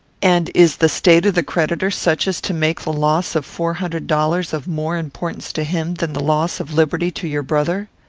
and is the state of the creditor such as to make the loss of four hundred dollars of more importance to him than the loss of liberty to your brother?